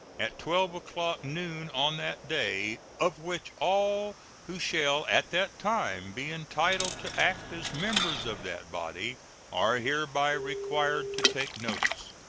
at twelve o'clock noon on that day, of which all who shall at that time be entitled to act as members of that body are hereby required to take notice.